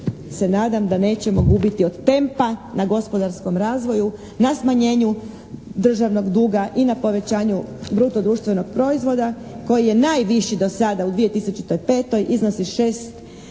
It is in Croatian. se nadam da nećemo gubiti od tempa na gospodarskom razvoju, na smanjenju državnog duga i na povećanju bruto društvenog proizvoda koji je najviši do sada. U 2005. iznosi 6